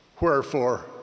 Wherefore